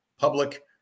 public